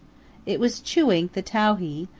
it was chewink the towhee,